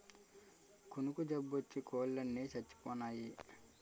కునుకు జబ్బోచ్చి కోలన్ని సచ్చిపోనాయి